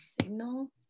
signal